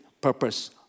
purpose